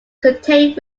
contained